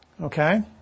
Okay